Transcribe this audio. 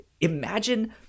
imagine